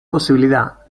posibilidad